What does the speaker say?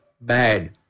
bad